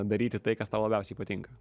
daryti tai kas tau labiausiai patinka